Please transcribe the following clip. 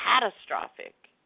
catastrophic